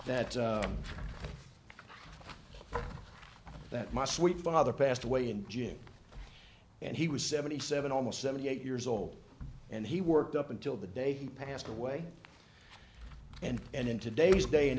that that my sweet father passed away in june and he was seventy seven almost seventy eight years old and he worked up until the day passed away and and in today's day and